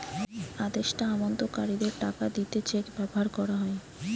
আদেষ্টা আমানতকারীদের টাকা দিতে চেক ব্যাভার কোরা হয়